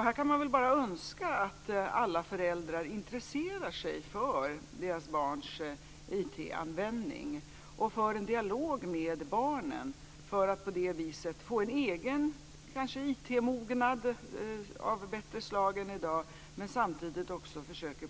Här kan man bara önska att alla föräldrar intresserar sig för sina barns IT-användning och för en dialog med barnen för att på det viset få en egen IT-mognad av bättre slag än i dag och samtidigt försöka